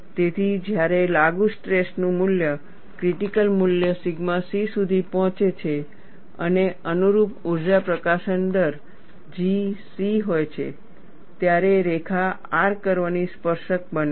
તેથી જ્યારે લાગુ સ્ટ્રેસ નું મૂલ્ય ક્રિટીકલ મૂલ્ય સિગ્મા c સુધી પહોંચે છે અને અનુરૂપ ઊર્જા પ્રકાશન દર G c હોય છે ત્યારે રેખા R કર્વ ની સ્પર્શક બને છે